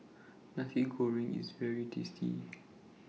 Nasi Goreng IS very tasty